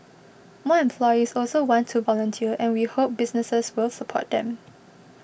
more employees also want to volunteer and we hope businesses will support them